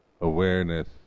awareness